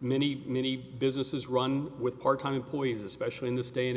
many many businesses run with part time employees especially in this day and